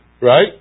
right